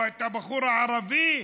או את הבחור הערבי,